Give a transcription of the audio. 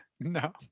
No